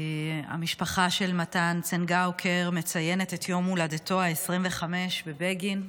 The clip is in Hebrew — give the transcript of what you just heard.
המשפחה של מתן צנגאוקר מציינת את יום הולדתו ה-25 בבגין,